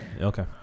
Okay